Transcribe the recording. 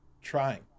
trying